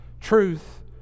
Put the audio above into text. Truth